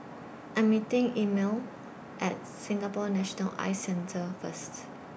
I Am meeting Emile At Singapore National Eye Centre First